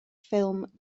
ffilm